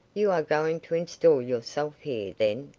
you are going to install yourself here, then,